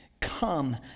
come